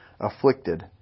afflicted